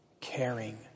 caring